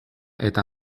eta